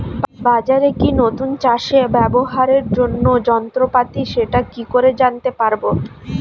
বাজারে কি নতুন চাষে ব্যবহারের জন্য যন্ত্রপাতি সেটা কি করে জানতে পারব?